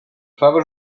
faves